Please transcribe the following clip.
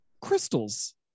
crystals